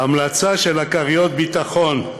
ההמלצה של כריות הביטחון,